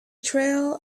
trail